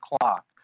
clock